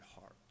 heart